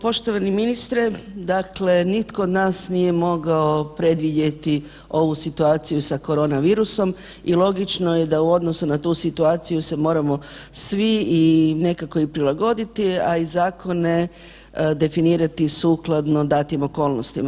Poštovani ministre, dakle nitko od nas nije mogao predvidjeti ovu situaciju sa korona virusom i logično je da u odnosu na tu situaciju se moramo svi i nekako i prilagoditi, a i zakone definirati sukladno datim okolnostima.